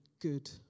good